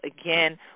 Again